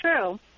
true